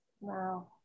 Wow